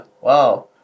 Wow